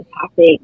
topic